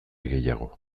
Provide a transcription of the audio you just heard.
gehiago